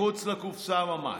מחוץ לקופסה ממש.